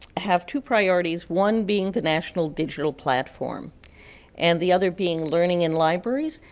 have two priorities, one being the national digital platform and the other being learning in libraries,